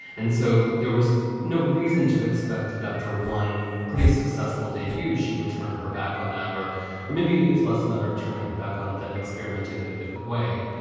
and so there was no reason to expect that after one pretty successful debut, she would turn her back on that. or or maybe it's less matter of turning her back on it than experimenting in a different way.